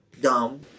dumb